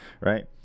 right